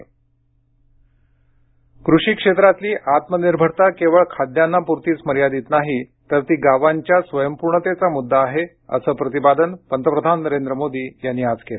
पंतप्रधान कृषी क्षेत्रातली आत्मनिर्भरता केवळ खाद्यान्नापुरतीच मर्यादित नाही तर ती गावांच्या स्वयंपूर्णतेचा मुद्दा आहे असं प्रतिपादन पंतप्रधान नरेंद्र मोदी यांनी आज केलं